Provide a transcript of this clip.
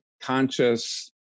conscious